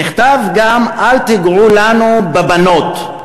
ונכתב גם "אל תיגעו לנו בבנות".